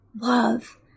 love